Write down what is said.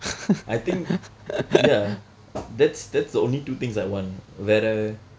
I think ya that's that's the only two things I want வேற:vera